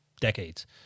decades